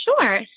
Sure